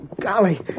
Golly